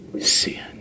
sin